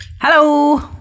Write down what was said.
Hello